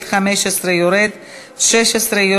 25. 9, יורד, 10,